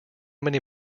many